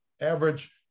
average